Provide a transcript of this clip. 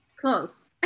Close